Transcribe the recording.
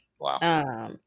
Wow